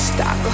Stop